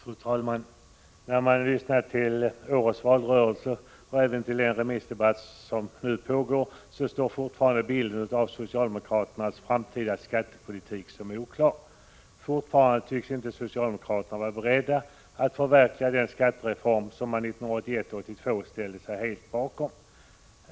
Fru talman! När man lyssnat till årets valrörelse och även till denna debatt är bilden av socialdemokraternas framtida skattepolitik fortfarande oklar. Fortfarande tycks inte socialdemokraterna vara beredda att förverkliga den skattereform som de 1981-1982 ställde sig helt bakom.